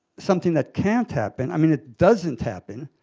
something that can't happen. i mean, it doesn't happen.